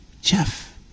Jeff